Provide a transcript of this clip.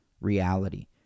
reality